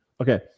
okay